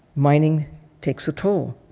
mining takes a toll.